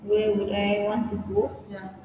where would I want to go